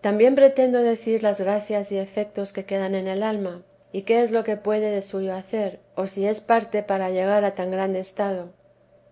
también pretendo decir las gracias y efectos que quedan en el alma y qué es lo que puede de suyo hacer o si es parte para llegar a tan grande estado